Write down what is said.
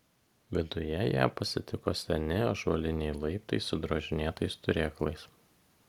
viduje ją pasitiko seni ąžuoliniai laiptai su drožinėtais turėklais